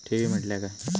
ठेवी म्हटल्या काय?